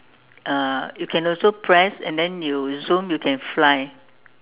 uh you can also press and then you zoom you can fly